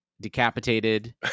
decapitated